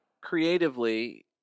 creatively